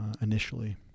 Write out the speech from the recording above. initially